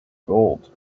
gold